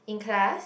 in class